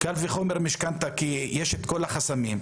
קל וחומר משכנתה כי יש את כל החסמים,